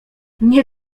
nie